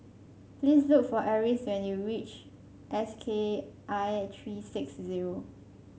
please look for Eris when you reach S K I three six zero